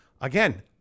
Again